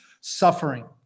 suffering